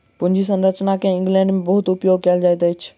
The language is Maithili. पूंजी संरचना के इंग्लैंड में बहुत उपयोग कएल जाइत अछि